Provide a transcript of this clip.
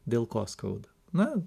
dėl ko skauda na